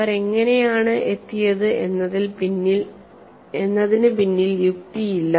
അവർ എങ്ങനെയാണ് എത്തിയത് എന്നതിന് പിന്നിൽ യുക്തിയില്ല